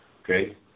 okay